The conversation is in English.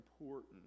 important